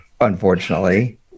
unfortunately